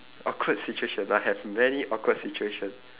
awkward situation I have many awkward situation